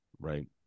Right